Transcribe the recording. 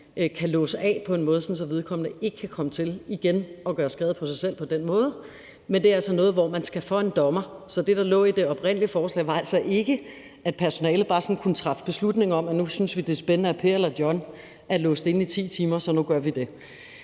kan låse af på en måde, så vedkommende ikke igen kan komme til igen at gøre skade på sig selv på den måde. Men det er altså noget, hvor man skal for en dommer. Så det, der lå i det oprindelige forslag, var altså ikke, at personalet bare sådan kunne træffe beslutning om, at man nu synes, det er spændende, at Per eller John er låst inde i 10 timer, så nu gør vi det.